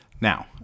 Now